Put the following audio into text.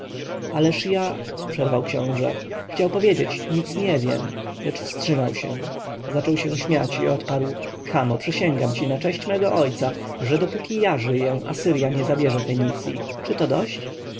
ależ ja przerwał książę chciał powiedzieć nic nie wiem lecz wstrzymał się zaczął się śmiać i odparł kamo przysięgam ci na cześć mego ojca że dopóki ja żyję asyrja nie zabierze fenicji czy to dość